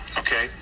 okay